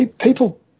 people